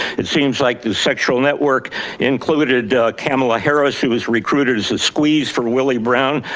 it seems like the sexual network included kamala harris who was recruited as a squeeze for willie brown,